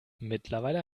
mittlerweile